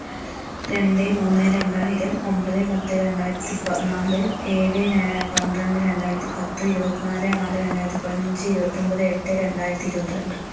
രണ്ട് മൂന്ന് രണ്ടായിരം ഒൻപത് പത്ത് രണ്ടായിരത്തി പ നാല് ഏഴ് ര പന്ത്രണ്ട് രണ്ടായിരത്തി പത്ത് ഇരുപത്തി നാല് ആറ് രണ്ടായിരത്തി പതിനഞ്ച് ഇരുപത്തൊൻപത് എട്ട് രണ്ടായിരത്തി ഇരുപത്തി രണ്ട്